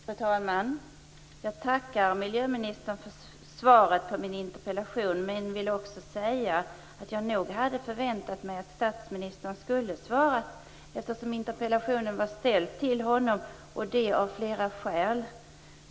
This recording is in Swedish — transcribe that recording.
Fru talman! Jag tackar miljöministern för svaret på min interpellation, men vill också säga att jag nog hade förväntat mig att statsministern skulle ha svarat eftersom interpellationen var ställd till honom, och även av andra skäl.